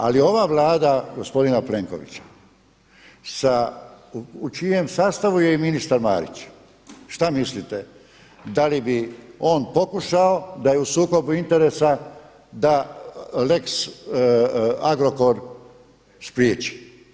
Ali ova Vlada gospodina Plenkovića u čijem sastavu je i ministar Marić šta mislite da li bi on pokušao da je u sukobu interesa da lex Agrokor spriječi?